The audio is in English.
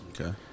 Okay